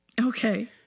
Okay